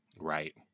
right